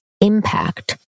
impact